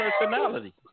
personality